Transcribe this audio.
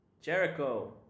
Jericho